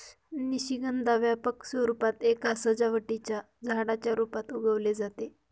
निशिगंधा व्यापक स्वरूपात एका सजावटीच्या झाडाच्या रूपात उगवले जाते